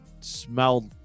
smelled